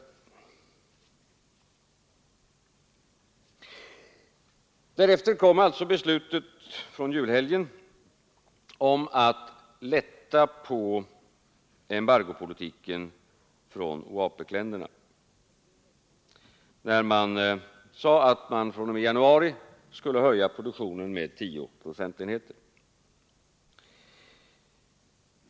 Därefter kom alltså i julhelgen OAPEC-ländernas beslut om att lätta på embargopolitiken, när man sade att man fr.o.m. januari skulle höja produktionen med 10 procentenheter.